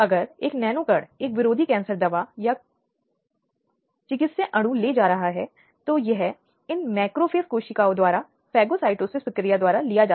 इसलिए यह आपराधिक कृत्यों की कई स्थितियों में अपराध हो रहा है जिसके परिणामस्वरूप अधिकार का उल्लंघन किया गया है और इस मामले को अदालतों द्वारा उठाया गया है